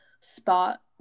spot